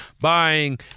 buying